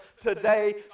today